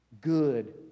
good